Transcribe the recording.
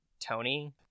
Tony